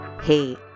hey